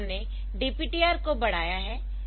तो हमने DPTR को बढ़ाया है